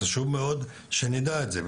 חשוב מאוד שנדע את זה,